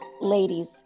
ladies